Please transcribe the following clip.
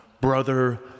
Brother